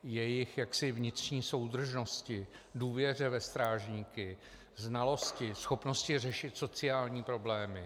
Jejich vnitřní soudržnosti, důvěře ve strážníky, znalosti, schopnosti řešit sociální problémy.